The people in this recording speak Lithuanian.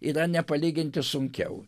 yra nepalyginti sunkiau